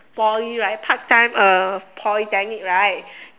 Poly right part time uh Polytechnic right